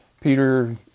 Peter